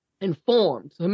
informed